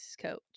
coach